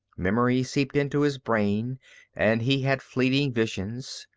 memory seeped into his brain and he had fleeting visions,